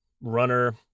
runner